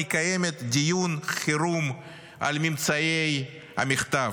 מקיימת דיון חירום על ממצאי המכתב.